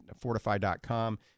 fortify.com